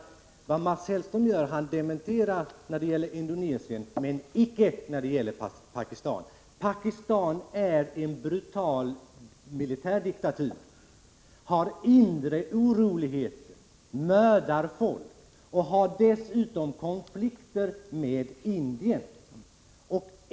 Mats Hellström dementerar nämligen när det gäller Indonesien, men icke när det gäller Pakistan. Pakistan är en brutal militärdiktatur, har inre oroligheter, mördar människor och har dessutom konflikter med Indien.